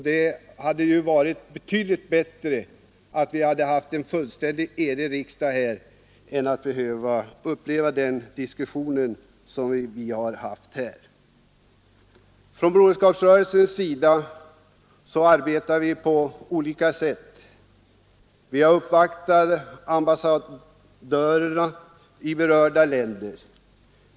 Det hade ju varit betydligt bättre om det varit enighet i kammaren i stället för en sådan diskussion som vi fått uppleva i denna fråga. Från Broderskapsrörelsen arbetar vi på olika sätt. Vi har uppvaktat ambassadörerna i berörda länder.